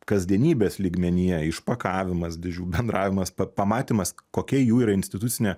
kasdienybės lygmenyje išpakavimas dėžių bendravimas pa pamatymas kokia jų yra institucinė